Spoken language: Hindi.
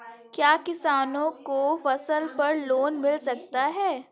क्या किसानों को फसल पर लोन मिल सकता है?